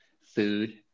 food